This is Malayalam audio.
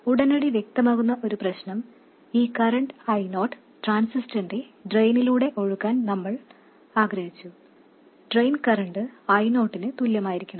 ഉടനടി വ്യക്തമാകുന്ന ഒരു പ്രശ്നം ഈ കറന്റ് I0 ട്രാൻസിസ്റ്ററിന്റെ ഡ്രെയിനിലൂടെ ഒഴുകാൻ നമ്മൾ ആഗ്രഹിച്ചു ഡ്രെയിൻ കറന്റ് I0 നു തുല്യമായിരിക്കണം